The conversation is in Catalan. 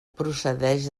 procedix